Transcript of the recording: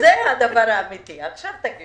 דיון, אמרתי: אני מסכים.